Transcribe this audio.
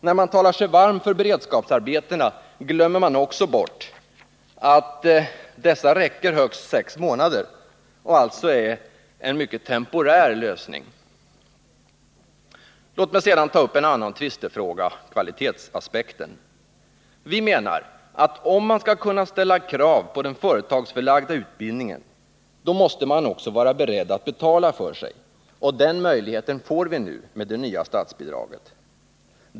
När man talar sig varm för beredskapsarbeten glömmer man också bort att dessa räcker högst sex månader och alltså är en mycket temporär lösning. Låt mig sedan ta upp en annan tvistefråga: kvalitetsaspekten. Vi menar, att om man skall kunna ställa krav på den företagsförlagda utbildningen, måste man också vara beredd att betala för sig, och den möjligheten får vi nu med det nya statsbidraget.